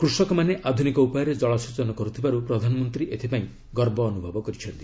କୃଷକମାନେ ଆଧୁନିକ ଉପାୟରେ ଜଳସେଚନ କରୁଥିବାରୁ ପ୍ରଧାନମନ୍ତ୍ରୀ ଏଥିପାଇଁ ଗର୍ବ ଅନୁଭବ କରିଛନ୍ତି